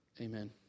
Amen